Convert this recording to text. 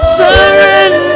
surrender